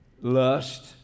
lust